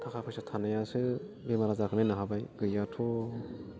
थाखा फैसा थानायासो बेमार आजारखौ नायनो हाबाय गैयियाथ'